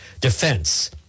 defense